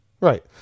right